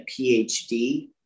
phd